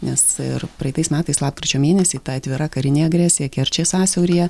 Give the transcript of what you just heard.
nes ir praeitais metais lapkričio mėnesį ta atvira karinė agresija kerčės sąsiauryje